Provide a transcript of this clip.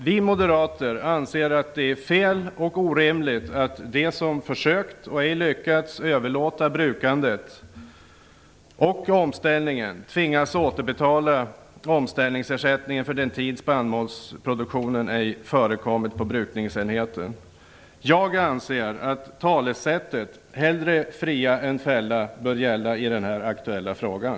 Vi moderater anser att det är fel och orimligt att de som försökt och ej lyckats överlåta brukandet och omställningen, tvingas återbetala omställningsersättningen för den tid spannmålsproduktion ej förekommit på brukningsenheten. Jag anser att talesättet "hellre fria än fälla" bör gälla i den här aktuella frågan.